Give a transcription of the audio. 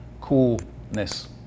coolness